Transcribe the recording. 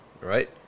Right